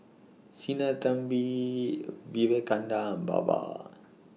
Sinnathamby Vivekananda and Baba